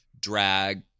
drag